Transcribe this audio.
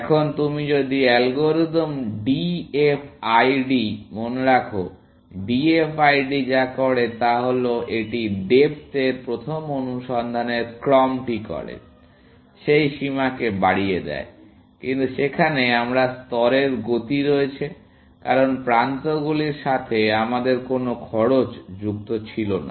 এখন আপনি যদি অ্যালগরিদম ডিএফআইডি মনে রাখেন ডিএফআইডি যা করে তা হল এটি ডেপ্থ এর প্রথম অনুসন্ধানের ক্রমটি করে সেই সীমাকে বাড়িয়ে দেয় কিন্তু সেখানে আমাদের স্তরের গতি রয়েছে কারণ প্রান্তগুলির সাথে আমাদের কোনও খরচ যুক্ত ছিল না